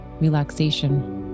relaxation